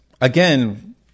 again